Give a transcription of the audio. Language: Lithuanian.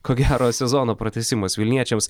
ko gero sezono pratęsimas vilniečiams